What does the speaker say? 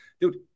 Dude